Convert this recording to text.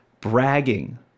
bragging